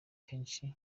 kenshi